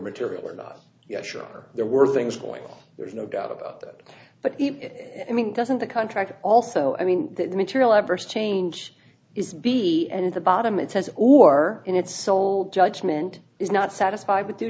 material or not yet sure there were things going on there's no doubt about that but i mean doesn't the contract also i mean that material adverse change is be and the bottom it says or in it's sold judgment is not satisfied with due